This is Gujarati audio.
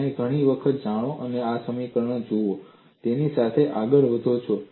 તમે ઘણી વખત જાણો છો કે તમે આ સમીકરણને જુઓ છો અને તેની સાથે આગળ વધો છો